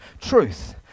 truth